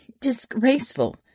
Disgraceful